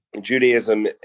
Judaism